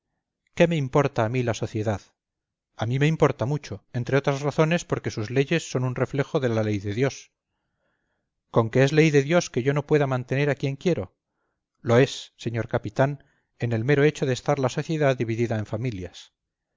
qué me importa a mí la sociedad a mí me importa mucho entre otras razones porque sus leyes son un reflejo de la ley de dios conque es ley de dios que yo no pueda mantener a quien quiero lo es señor capitán en el mero hecho de estar la sociedad dividida en familias